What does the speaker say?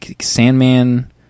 Sandman